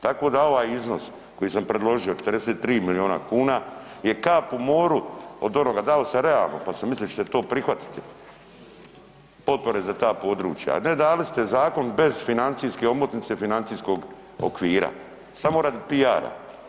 Tako da ovaj iznos koji sam predložio, 43 milijona kuna je kap u moru od onoga, dao sam realno, pa sam mislio da ćete to prihvatiti potpore za ta područje, a ne dali ste zakon bez financijske omotnice, financijskog okvira, samo radi piara.